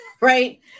right